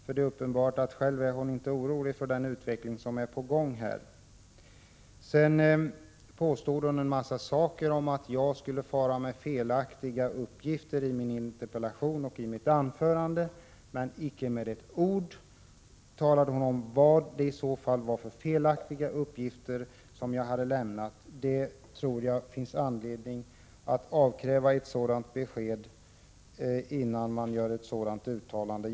Det är ju uppenbart att hon själv inte är orolig för den utveckling som är på gång. Hon påstod att jag skulle fara med felaktiga uppgifter i min interpellation och i mitt anförande. Men inte med ett ord talade hon om vilka felaktiga uppgifter som jag hade lämnat. Det finns anledning att vara mera preciserad innan man gör ett sådant uttalande.